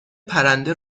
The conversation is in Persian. پرنده